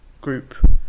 group